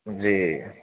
جی